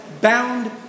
bound